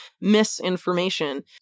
misinformation